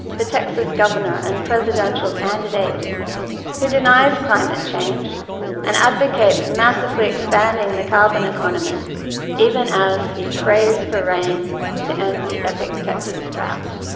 the texas governor and presidential candidate who denies climate change and advocates massively expanding the carbon economy even as he prays for rain to end the epic texas drought.